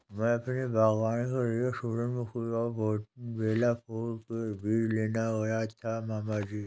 मैं अपने बागबान के लिए सूरजमुखी और बेला फूल के बीज लेने गया था मामा जी